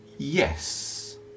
Yes